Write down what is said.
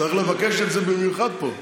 צריך לבקש את זה במיוחד פה.